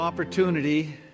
opportunity